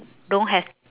don't have